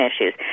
issues